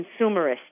consumerist